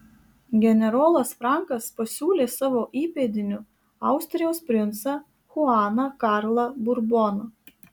generolas frankas pasiūlė savo įpėdiniu austrijos princą chuaną karlą burboną